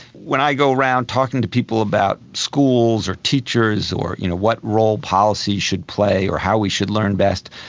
when i go around talking to people about schools or teachers or you know what role policy should play or how we should learn best,